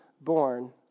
born